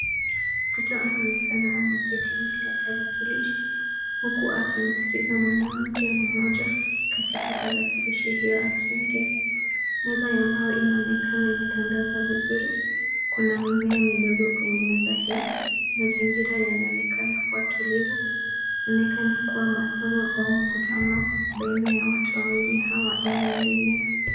Mtoto anaonekana ameketi mbele ya tarakilishi huku akimsikiza mwanamke mmoja kwenye tarakilishi hio akiongea. Meza ya mbao inaonekana imetandazwa vizuri. Kuna mimea midogo kwenye meza hii. Mazingira yanaonekana kuwa tulivu. Inaonekana kuwa masomo au mkutano baina ya watu hawa wawili inaendelea.